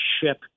ship